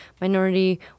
minority